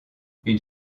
une